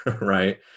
right